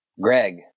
Greg